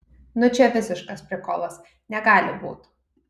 nu čia visiškas prikolas negali būt